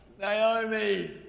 Naomi